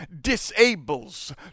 disables